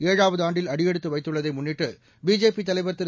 ஏழாவது ஆண்டில் அடியெடுத்து வைத்துள்ளதை முன்னிட்டு பிஜேபி தலைவர் திரு